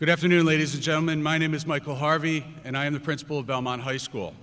good afternoon ladies and gentlemen my name is michael harvey and i am the principal of belmont high school